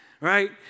right